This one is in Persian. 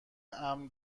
امن